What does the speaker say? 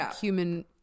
human